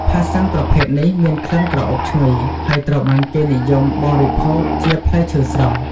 ផាសសិនប្រភេទនេះមានក្លិនក្រអូបឈ្ងុយ ហើយត្រូវបានគេនិយមបរិភោគជាផ្លែឈើស្រស់។